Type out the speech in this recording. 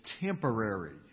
temporary